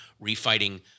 refighting